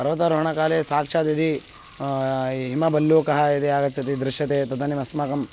पर्वतणकाले साक्षात् यदि हिमभल्लूकः यदि आगच्छत् दृश्यते तदानीम् अस्माकम्